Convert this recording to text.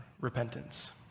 repentance